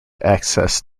access